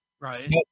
Right